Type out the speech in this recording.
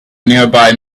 nearby